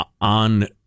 on